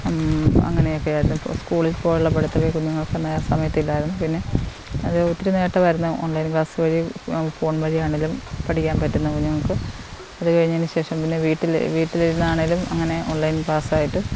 അങ്ങനെയൊക്കെയായിട്ട് സ്കൂളിൽ പോയുള്ള പഠിത്തമേ കുഞ്ഞുങ്ങൾക്ക് സമയത്ത് ഇല്ലായിരുന്നു പിന്നെ അത് ഒത്തിരി നേട്ടമായിരുന്നു ഓൺലൈൻ ക്ലാസ്സ് വഴി ആണെങ്കിലും ഫോൺ വഴി ആണെങ്കിലും പഠിക്കാൻ പറ്റുന്ന കുഞ്ഞുങ്ങൾക്ക് അത് കഴിഞ്ഞതിനു ശേഷം പിന്നെ വീട്ടിൽ വീട്ടിലിരുന്നാണെങ്കിലും അങ്ങനെ ഓൺലൈൻ ക്ലാസ്സായിട്ട്